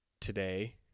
today